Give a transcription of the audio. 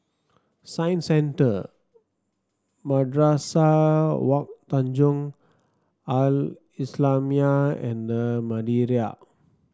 Science Centre Madrasah Wak Tanjong Al Islamiah and The Madeira